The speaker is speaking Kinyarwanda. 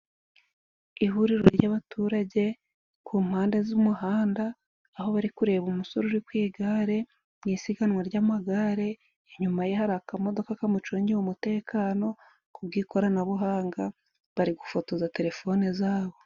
Ihuriro ry'abaturage ku mpande z'umuhanda aho bari kureba umusore uri ku igare mu isiganwa ry'amagare, inyuma ye hari akamodoka kamucungiye umutekano, kubwo ikoranabuhanga bari gufotoza telefone zabo.